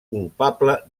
culpable